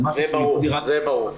זה ברור.